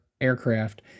aircraft